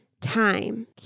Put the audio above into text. time